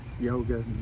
yoga